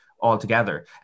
altogether